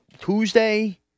Tuesday